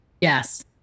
Yes